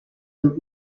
dem